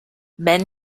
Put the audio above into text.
men